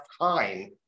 time